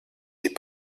des